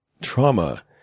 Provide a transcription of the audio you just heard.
Trauma